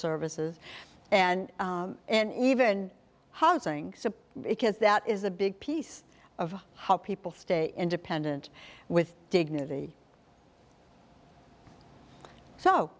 services and and even housing because that is a big piece of how people stay independent with dignity so